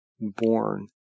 born